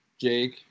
Jake